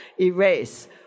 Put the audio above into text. Erase